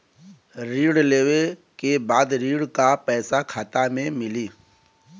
ऋण लेवे के बाद ऋण का पैसा खाता में मिली?